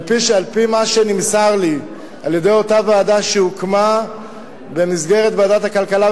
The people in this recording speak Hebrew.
על-פי מה שנמסר לי על-ידי אותה ועדה שהוקמה במסגרת ועדת הכלכלה,